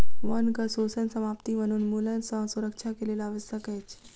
वनक शोषण समाप्ति वनोन्मूलन सँ सुरक्षा के लेल आवश्यक अछि